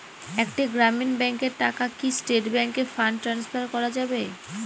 একটি গ্রামীণ ব্যাংকের টাকা কি স্টেট ব্যাংকে ফান্ড ট্রান্সফার করা যাবে?